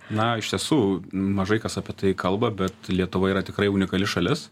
na iš tiesų mažai kas apie tai kalba bet lietuva yra tikrai unikali šalis